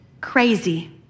crazy